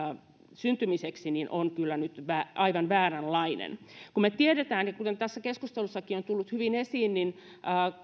syntymiseksi on kyllä nyt aivan vääränlainen kun me tiedämme kuten tässä keskustelussakin on tullut hyvin esiin että